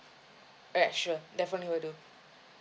alright sure definitely will do